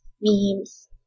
memes